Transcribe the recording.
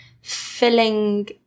filling